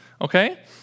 Okay